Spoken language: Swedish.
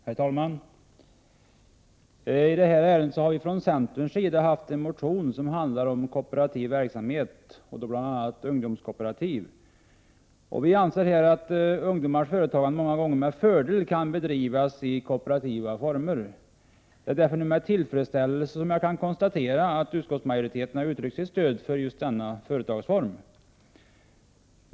Herr talman! När det gäller det ärende som vi nu behandlar har vi från centerns sida avgett en motion som handlar om kooperativ verksamhet, och då bl.a. ungdomskooperativ. Vi anser att ungdomars företagande många gånger med fördel kan bedrivas i kooperativa former. Det är därför som jag nu med tillfredsställelse kan konstatera att utskottsmajoriteten har uttryckt sitt stöd för just denna företagsform.